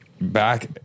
back